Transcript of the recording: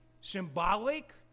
symbolic